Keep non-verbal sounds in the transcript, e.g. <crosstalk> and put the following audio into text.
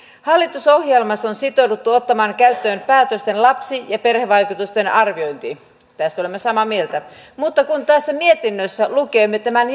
hallitusohjelmassa on sitouduttu ottamaan käyttöön päätösten lapsi ja perhevaikutusten arviointi tästä olemme samaa mieltä mutta kun tässä mietinnössä lukee tämän <unintelligible>